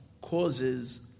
causes